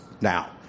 now